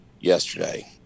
yesterday